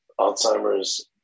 Alzheimer's